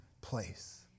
place